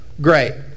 great